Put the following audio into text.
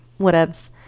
whatevs